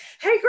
Hey